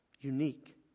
unique